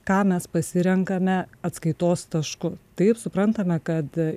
ką mes pasirenkame atskaitos tašku taip suprantame kad